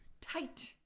tight